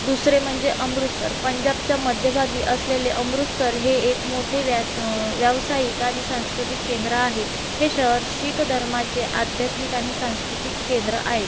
दुसरे म्हणजे अमृतसर पंजाबच्या मध्यभागी असलेले अमृतसर हे एक मोठे व्यास अं व्यावसायिक आणि सांस्कृतिक केंद्र आहे हे शहर शीख धर्माचे आध्यात्मिक आणि सांस्कृतिक केंद्र आहे